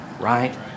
Right